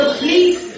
please